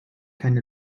keine